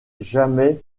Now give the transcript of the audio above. jamais